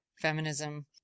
Feminism